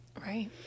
Right